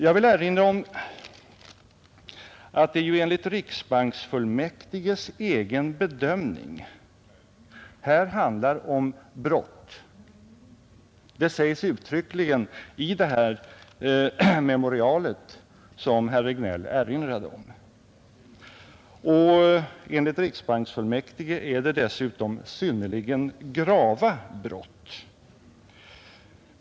Jag vill påminna om att det enligt riksbanksfullmäktiges egen bedömning här handlar om brott — detta sägs uttryckligen i det memorial som herr Regnéll erinrade om. Enligt riksbanksfullmäktige är det dessutom synnerligen grava brott.